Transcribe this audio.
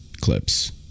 clips